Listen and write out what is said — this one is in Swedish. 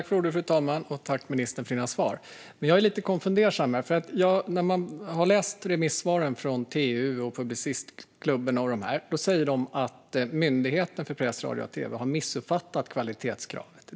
Fru talman! Tack, ministern, för dina svar! Jag är dock lite konfunderad, för när man läser remissvaren från TU, Publicistklubben med flera, ser man att de säger att Myndigheten för press, radio och tv har missuppfattat kvalitetskravet.